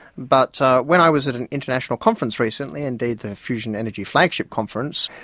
but when i was at an international conference recently, indeed the fusion energy flagship conference,